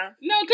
No